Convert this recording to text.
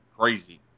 Crazy